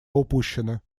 упущена